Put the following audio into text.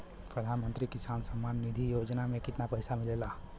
प्रधान मंत्री किसान सम्मान निधि योजना में कितना पैसा मिलेला?